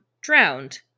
drowned